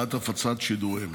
בעד הפצת שידוריהם.